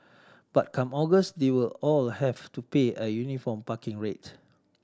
but come August they will all have to pay a uniform parking rate